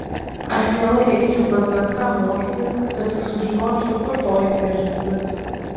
aš mielai eičiau pas bet ką mokytis kad tik sužinočiau kur toji priežastis